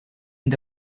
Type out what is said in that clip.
and